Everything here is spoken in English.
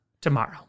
tomorrow